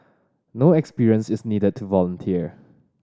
no experience is needed to volunteer